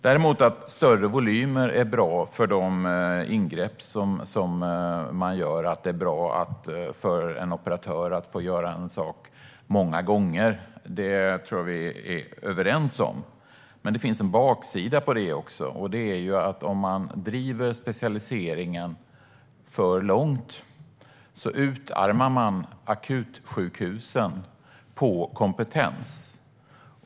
Däremot kan det vara bra för operatörer med större volymer att få göra ett ingrepp många gånger, det tror jag att vi är överens om. Men det finns också en baksida med det. Om man driver specialiseringen för långt utarmas akutsjukhusen på kompetens.